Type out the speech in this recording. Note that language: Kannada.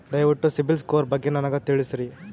ದಯವಿಟ್ಟು ಸಿಬಿಲ್ ಸ್ಕೋರ್ ಬಗ್ಗೆ ನನಗ ತಿಳಸರಿ?